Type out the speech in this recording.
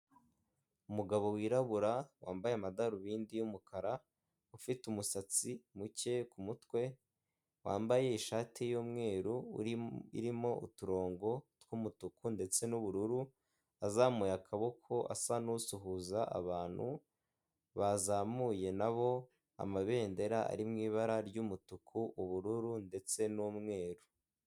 Umugabo wirabura wambaye amadarubindi y'umukara ufite umusatsi muke ku mutwe, wambaye ishati y'umweru irimo uturongo tw'umutuku ndetse n'ubururu, azamuye akaboko asa n'usuhuza abantu bazamuye nabo amabendera ari mu ibara ry'umutuku, ubururu ndetse n'umweru.